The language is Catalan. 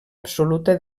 absoluta